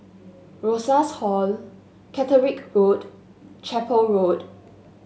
Rosas Hall Catterick Road Chapel Road